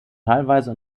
teilweise